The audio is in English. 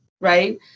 right